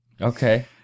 Okay